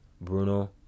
Bruno